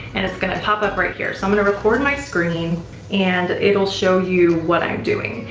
and it's gonna pop-up right here. so, i'm gonna record my screen and it'll show you what i'm doing.